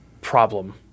problem